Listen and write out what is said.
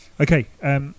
Okay